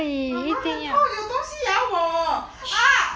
妈妈很痛有东西咬我啊:ma ma hen tong you dong xi yao wo a